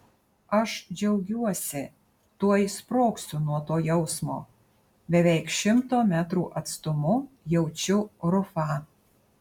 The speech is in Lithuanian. aš džiaugiuosi tuoj sprogsiu nuo to jausmo beveik šimto metrų atstumu jaučiu rufą